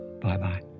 bye-bye